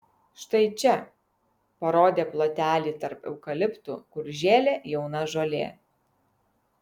štai čia parodė plotelį tarp eukaliptų kur žėlė jauna žolė